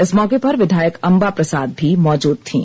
इस मौके पर विधायक अम्बा प्रसाद भी मौजूद थीं